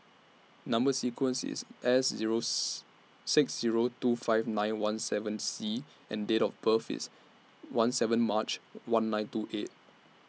Number sequence IS S Zero six Zero two five nine one seven C and Date of birth IS one seven March one nine two eight